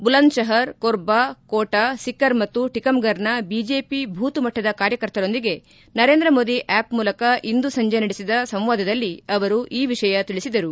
ಬುಲಂದ್ಶಹರ್ ಕೊರ್ಬ ಕೋಟಾ ಸಿಕ್ಕರ್ ಮತ್ತು ಟಿಕಮ್ಗರ್ನ BJP booth ಮಟ್ಟದ ಕಾರ್ಯಕರ್ತರೊಂದಿಗೆ ನರೇಂದ್ರ ಮೋದಿ ಆಪ್ ಮೂಲಕ ಇಂದು ಸಂಜೆ ನಡೆಸಿದ ಸಂವಾದದಲ್ಲಿ ಅವರು ಈ ವಿಷಯ ತಿಳಿಸಿದರು